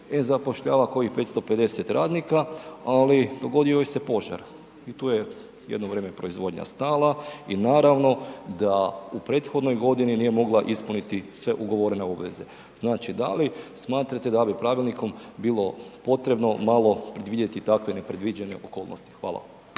zapošljava kojih 550 radnika ali dogodio joj se požar i tu je jedno vrijeme proizvodnja stala i naravno da u prethodnoj godini nije mogla ispuniti sve ugovorne obveze. Znači da li smatrate da bi pravilnikom bilo potrebo malo vidjeti takve nepredviđene okolnosti? Hvala.